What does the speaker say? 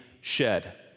shed